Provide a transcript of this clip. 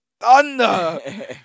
Thunder